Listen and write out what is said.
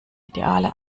ideale